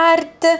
Art